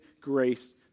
grace